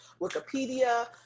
Wikipedia